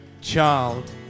child